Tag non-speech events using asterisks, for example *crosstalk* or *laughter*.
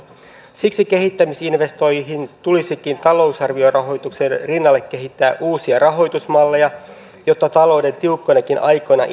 siksi kehittämisinvestointeihin tulisikin talousarviorahoituksen rinnalle kehittää uusia rahoitusmalleja jotta talouden tiukkoinakin aikoina *unintelligible*